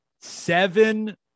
seven